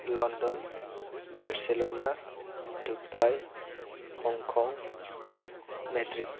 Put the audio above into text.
London Barcelona Dubai Hong Kong Madrid